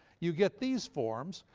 you get these forms,